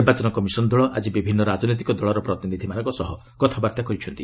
ନିର୍ବାଚନ କମିଶନ୍ ଦଳ ଆଜି ବିଭିନ୍ନ ରାଜନୈତିକ ଦଳର ପ୍ରତିନିଧ୍ୟମାନଙ୍କ ସହ କଥାବର୍ତ୍ତା କରିଛନ୍ତି